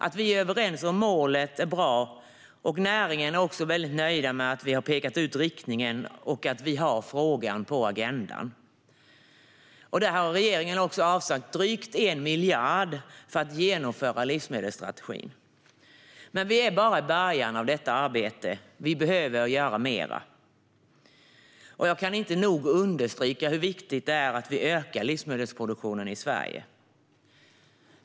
Att vi är överens om målet är bra, och näringen är också mycket nöjd med att vi har pekat ut riktningen och att vi har frågan på agendan. Regeringen har avsatt drygt 1 miljard för att genomföra livsmedelsstrategin. Vi är dock bara i början av detta arbete, och vi behöver göra mera. Jag kan inte nog understryka hur viktigt det är att vi ökar livsmedelsproduktionen i Sverige.